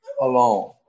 alone